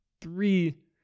three